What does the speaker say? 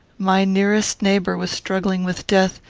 my nearest neighbour was struggling with death,